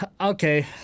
okay